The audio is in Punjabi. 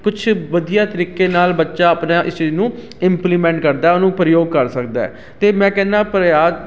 ਕੁਛ ਵਧੀਆ ਤਰੀਕੇ ਨਾਲ ਬੱਚਾ ਆਪਣਾ ਇਸ ਚੀਜ਼ ਨੂੰ ਇੰਪਲੀਮੈਂਟ ਕਰਦਾ ਉਹਨੂੰ ਪ੍ਰਯੋਗ ਕਰ ਸਕਦਾ ਹੈ ਅਤੇ ਮੈਂ ਕਹਿੰਦਾ ਪਰਿਆ